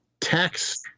tax